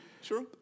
Sure